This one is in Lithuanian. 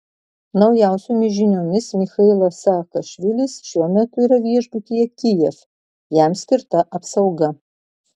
naujausiomis žiniomis michailas saakašvilis šiuo metu yra viešbutyje kijev jam skirta apsauga